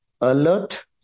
alert